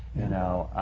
you know,